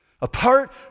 apart